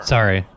Sorry